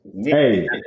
Hey